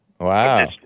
Wow